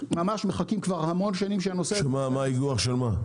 ממש מחכים כבר המון שנים שהנושא הזה --- איגוח של מה?